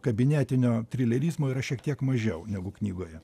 kabinetinio trilerizmo yra šiek tiek mažiau negu knygoje